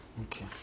okay